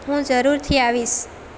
હું જરૂરથી આવીશ